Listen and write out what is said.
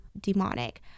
demonic